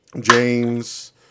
James